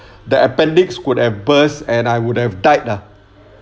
the appendix could have burst and I would have died ah